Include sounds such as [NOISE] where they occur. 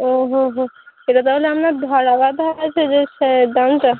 ও হো হো সেটা তাহলে আপনার [UNINTELLIGIBLE] ব্যবহার আছে যে সেই দামটা